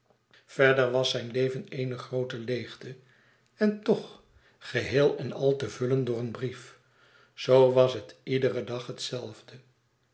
verder was zijn leven éene groote leêgte en toch geheel en al te vullen door een brief zoo was het iederen dag